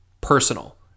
personal